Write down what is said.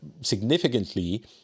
significantly